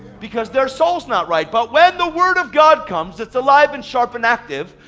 because their souls not right. but when the word of god comes it's alive, and sharp, and active.